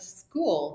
school